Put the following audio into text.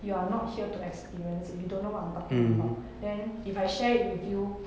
you are not here to experience it you don't know what I'm talking about then if I shared it with you